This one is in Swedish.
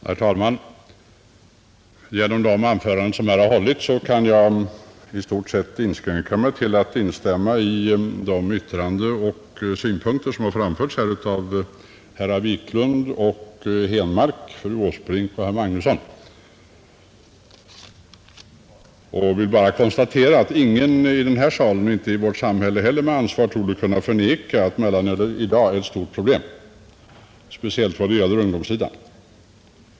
Herr talman! I stort sett kan jag inskränka mig till att instämma i de yttranden och synpunkter som framförts av herrar Wiklund i Stockholm och Henmark samt fru Åsbrink och herr Magnusson i Nennesholm. Jag vill bara konstatera att ingen i denna sal och ingen ute i vårt samhälle med ansvar torde kunna förneka att mellanölet i dag är ett stort problem, speciellt vad gäller ungdomssidan.